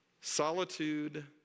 Solitude